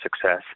success